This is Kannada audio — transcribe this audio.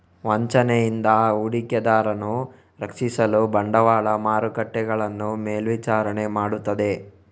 ವಂಚನೆಯಿಂದ ಹೂಡಿಕೆದಾರರನ್ನು ರಕ್ಷಿಸಲು ಬಂಡವಾಳ ಮಾರುಕಟ್ಟೆಗಳನ್ನು ಮೇಲ್ವಿಚಾರಣೆ ಮಾಡುತ್ತದೆ